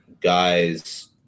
guys